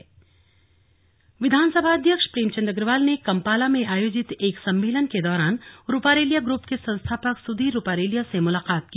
slug विधानसभ अध्यक्ष विधानसभा अध्यक्ष प्रेमचंद अग्रवाल ने कंपाला में आयोजित एक सम्मेलन के दौरान रुपारेलिया ग्रुप के संस्थापक सुधीर रूपारेलिया से मुलाकात की